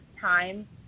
time